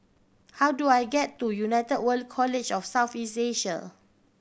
how do I get to United World College of South East Asia